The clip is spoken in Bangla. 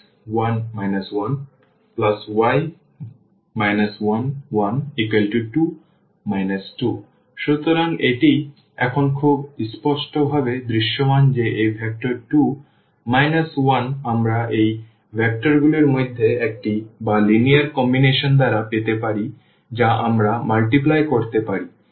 x1 1 y 1 1 2 2 সুতরাং এটি এখন খুব স্পষ্টভাবে দৃশ্যমান যে এই ভেক্টর 2 1 আমরা এই ভেক্টরগুলির মধ্যে একটি বা লিনিয়ার সংমিশ্রণ দ্বারা পেতে পারি যা আমরা গুণ করতে পারি